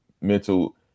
mental